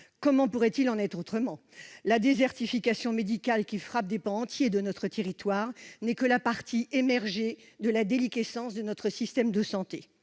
Comment pourrait-il en être autrement ? La désertification médicale qui frappe des pans entiers de notre territoire n'est que la partie émergée de la déliquescence de notre système de santé